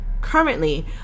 currently